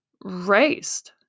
raised